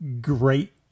great